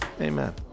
Amen